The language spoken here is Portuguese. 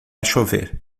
chover